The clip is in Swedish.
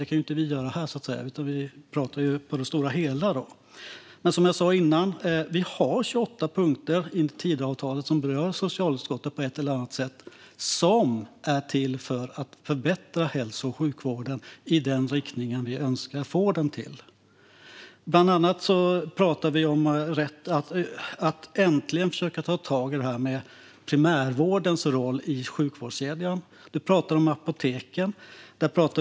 Det kan inte vi göra här, utan vi pratar om det stora hela. Men som jag sa innan: Vi har 28 punkter i Tidöavtalet som på ett eller annat sätt berör socialutskottet och syftar till att förbättra hälso och sjukvården i den riktning vi önskar. Bland annat pratar vi om att äntligen försöka ta tag i detta med primärvårdens roll i sjukvårdskedjan. Vi pratar om apoteken.